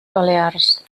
balears